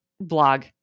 blog